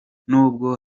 n’ubwo